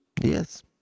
yes